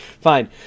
Fine